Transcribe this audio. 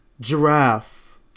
giraffe